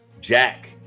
Jack